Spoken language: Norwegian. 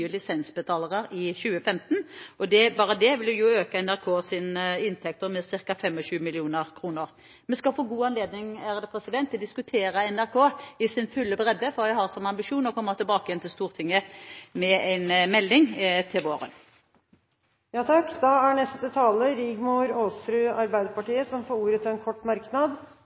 lisensbetalere i 2015, og bare det vil øke NRKs inntekter med ca. 25 mill. kr. Vi skal få god anledning til å diskutere NRK i sin fulle bredde, for jeg har som ambisjon å komme tilbake igjen til Stortinget med en melding til våren. Representanten Rigmor Aasrud har hatt ordet to ganger tidligere og får ordet til en kort merknad,